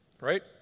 Right